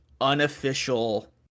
unofficial